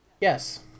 Yes